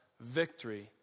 victory